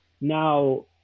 now